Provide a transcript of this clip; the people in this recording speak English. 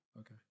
Okay